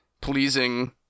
pleasing